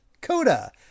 Coda